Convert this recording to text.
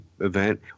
event